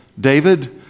David